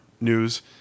news